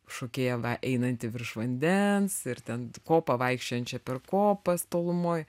šokėją va einantį virš vandens ir ten kopa vaikščiojančią per kopas tolumoj